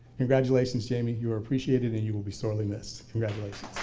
congratulations jamie you are appreciated and you will be sorely missed. congratulations.